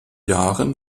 jahren